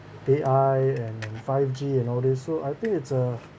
A_I and five G and all this so I think it's uh